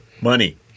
money